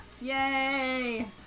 yay